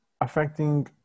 affecting